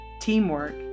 teamwork